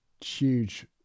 huge